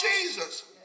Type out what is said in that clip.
Jesus